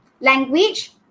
language